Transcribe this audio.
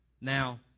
Now